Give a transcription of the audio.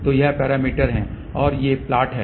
तो ये पैरामीटर हैं और ये प्लॉट हैं